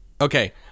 Okay